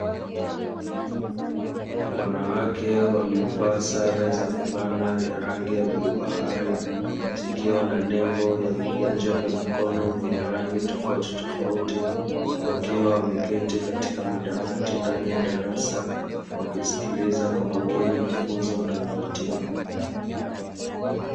Wanawake waliovaa sare za fulana za rangi ya bluu bahari zikiwa na nembo ya viganja vya mkono vyenye rangi tofauti tofauti, wakiwa wameketi katika madawati ndani ya darasa wakisikiliza kwa makini mafunzo wanayopatiwa.